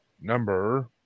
number